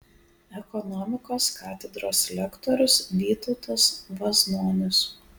ekonomikos katedros lektorius vytautas vaznonis